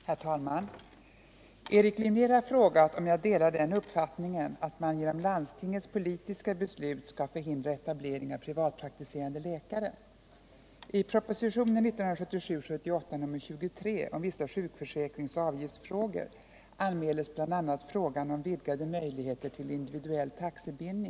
Herr talman! Erik Glimnér har frågat om jag delar den uppfattningen att man genom landstingets politiska beslut skall förhindra etablering av privatpraktiserande läkare.